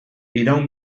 iraun